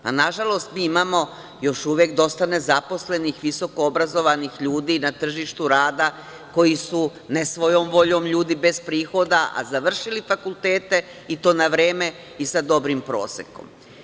Pa nažalost mi imamo još uvek dosta nezaposlenih, visokoobrazovanih ljudi na tržištu rada koji su ne svojom voljom, ljudi bez prihoda, a završili fakultete i to na vreme i sa dobrim prosekom.